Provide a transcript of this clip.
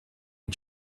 and